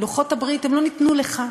לוחות הברית, הם לא ניתנו לך,